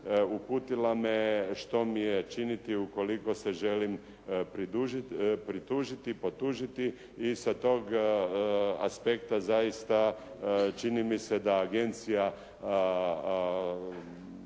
uputila me je što mi je činiti ukoliko se želim pritužiti, potužiti i sa tog aspekta zaista čini mi se da agencija